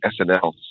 SNL